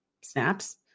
snaps